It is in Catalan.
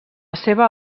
seva